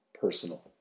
personal